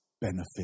benefit